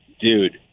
dude